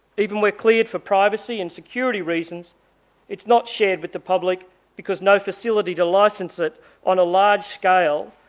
even where cleared for privacy and security reasons it's not shared with the public because no facility to licence it on a large scale,